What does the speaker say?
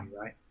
right